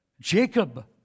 Jacob